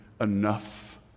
enough